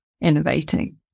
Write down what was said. innovating